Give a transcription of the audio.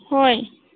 ꯍꯣꯏ